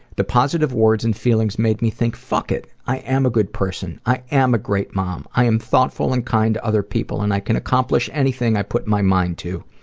the positive words and feelings made me think, fuck it. i am a good person. i am a great mom. i am thoughtful and kind to other people, and i can accomplish anything i put my mind to.